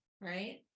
Right